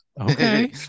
Okay